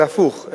אלא הפוך,